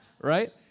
Right